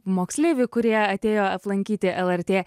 moksleivių kurie atėjo aplankyti lrt